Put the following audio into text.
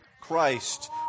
Christ